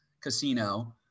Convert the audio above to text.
casino